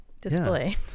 display